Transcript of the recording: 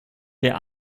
der